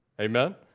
Amen